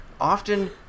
Often